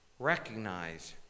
recognize